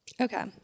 Okay